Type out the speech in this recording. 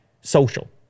social